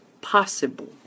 possible